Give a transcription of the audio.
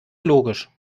logisch